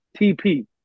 TP